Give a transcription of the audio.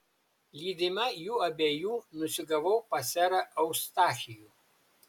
lydima jų abiejų nusigavau pas serą eustachijų